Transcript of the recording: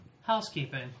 housekeeping